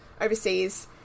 overseas